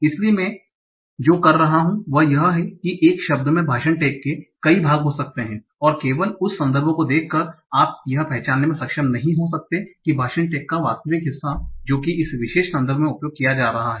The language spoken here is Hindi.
इसलिए मैं जो कह रहा हूं वह यह है कि एक शब्द में भाषण टैग के कई भाग हो सकते हैं और केवल उस संदर्भ को देखकर आप यह पहचानने में सक्षम नहीं हो सकते हैं कि भाषण टैग का वास्तविक हिस्सा जो कि इस विशेष संदर्भ में उपयोग किया जा रहा है